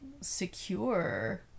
secure